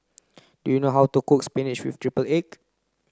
do you know how to cook spinach with triple egg